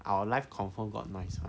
our life confirm got noise [one]